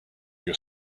your